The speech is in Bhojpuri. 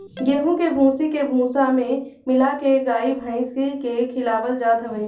गेंहू के भूसी के भूसा में मिला के गाई भाईस के खियावल जात हवे